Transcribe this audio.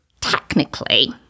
Technically